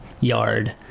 yard